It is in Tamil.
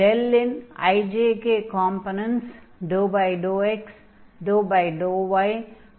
∇ இன் i j k components ∂x ∂y ∂z ஆகும்